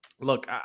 Look